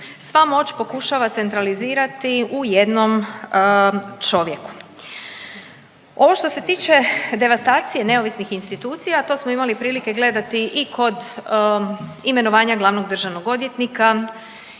sva moć pokušava centralizirati u jednom čovjeku. Ovo što se tiče devastacije neovisnih institucija, to smo imali prilike gledati i kod imenovanja glavnog državnog odvjetnika